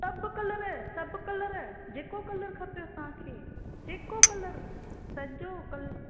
सभु कलर सभु कलर जेको कलर खपेव तव्हां खे जेको कलर